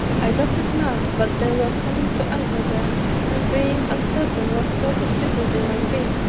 i doubted not but they were coming to anchor there and being uncertain what sort of people they might be,